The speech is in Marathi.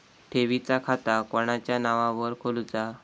ठेवीचा खाता कोणाच्या नावार खोलूचा?